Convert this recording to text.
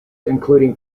including